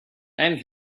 and